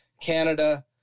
Canada